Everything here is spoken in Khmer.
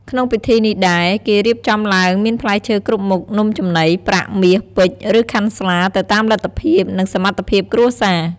ក្នុងពិធីនេះដែរគេរៀបចំឡើងមានផ្លែឈើគ្រប់មុខ នំចំណី ប្រាក់ មាស ពេជ្រ ឬខាន់ស្លា ទៅតាមលទ្ធភាព និងសមត្ថភាពគ្រួសារ។